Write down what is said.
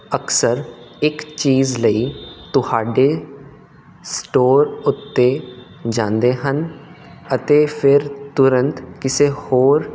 ਅਕਸਰ ਇੱਕ ਚੀਜ਼ ਲਈ ਤੁਹਾਡੇ ਸਟੋਰ ਉੱਤੇ ਜਾਂਦੇ ਹਨ ਅਤੇ ਫਿਰ ਤੁਰੰਤ ਕਿਸੇ ਹੋਰ